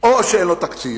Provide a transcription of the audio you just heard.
או שאין תקציב.